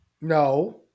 No